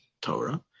Torah